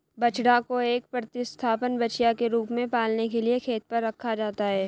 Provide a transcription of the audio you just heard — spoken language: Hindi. बछड़ा को एक प्रतिस्थापन बछिया के रूप में पालने के लिए खेत पर रखा जाता है